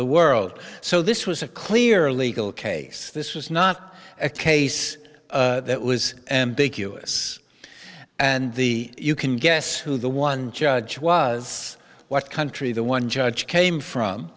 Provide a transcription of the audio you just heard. the world so this was a clear legal case this was not a case that was ambiguous and the you can guess who the one judge was what country the one judge came from